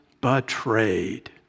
betrayed